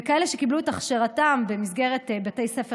וכאלה שקיבלו את הכשרתם במסגרת בתי ספר